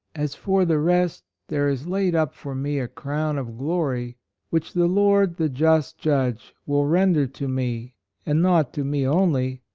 as for the rest there is laid up for me a crown of glory which the lord the just judge will render to me and not to me only,